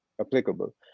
applicable